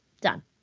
done